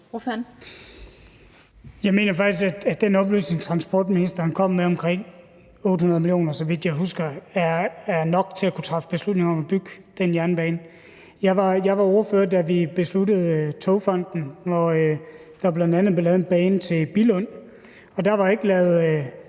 Jeg mener faktisk, at den oplysning, transportministeren kom med, om de, så vidt jeg husker, 800 mio. kr., er nok til at kunne træffe beslutning om at bygge den jernbane. Jeg var ordfører, da vi besluttede at oprette Togfonden DK og der bl.a. blev lavet en bane til Billund, og der var, i hvert